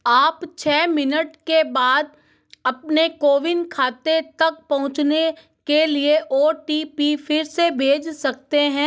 आप छ मिनट के बाद अपने कोविन खाते तक पहुँचने के लिए ओ टी पी फिर से भेज सकते हैं